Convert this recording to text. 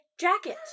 jacket